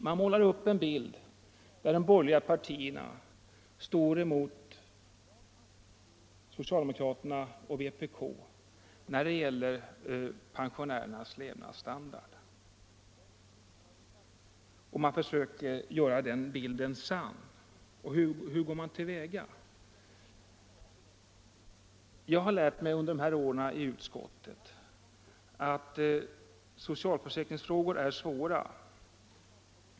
Man målar upp en bild, där de borgerliga partierna står emot socialdemokraterna och vpk när det gäller pensionärernas levnadsstandard, och man försöker göra den bilden till sanning. Hur går man till väga? Jag har under de här åren i utskottet lärt mig att socialförsäkringsfrågor är svåra.